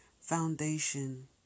foundation